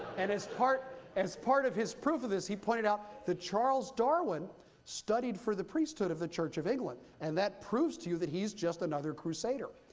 and as part as part of his prove of this, he pointed out that charles darwin studied for the priesthood of the church of england, and that proves to you that he's just another crusader,